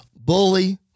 Bully